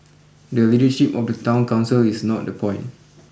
the leadership of the town council is not the point